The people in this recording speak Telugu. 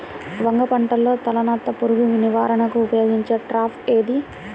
వంగ పంటలో తలనత్త పురుగు నివారణకు ఉపయోగించే ట్రాప్ ఏది?